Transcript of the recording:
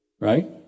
right